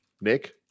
Nick